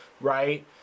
Right